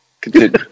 Continue